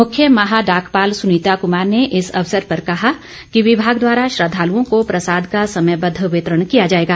मुख्य महा डाकपाल सुनीता कुमार ने इस अवसर पर कहा कि विभाग द्वारा श्रद्वालुओं को प्रसाद का समयबद्व वितरण किया जाएगा